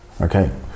Okay